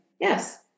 Yes